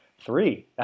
Three